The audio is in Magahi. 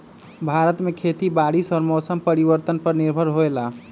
भारत में खेती बारिश और मौसम परिवर्तन पर निर्भर होयला